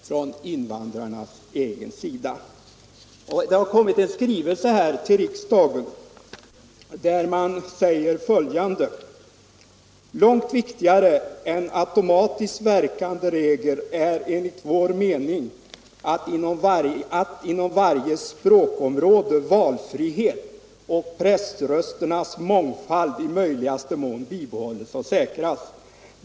Till riksdagen har kommit en skrivelse, vari sägs följande: - 21 ”Långt viktigare än automatiskt verkande regler är enligt vår mening att inom varje språkområde valfrihet och pressrösternas mångfald i möjligaste mån bibehålles och säkras.